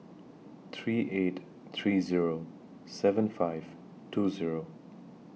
three eight three Zero seven five two Zero